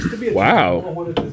Wow